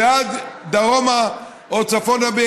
ועד דרומה או צפונה,